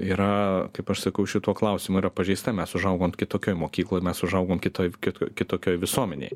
yra kaip aš sakau šituo klausimu yra pažeista mes užaugom kitokioj mokykloj mes užaugom kitoj kit kitokioj visuomenėj